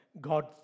God